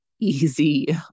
easy